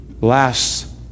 Lasts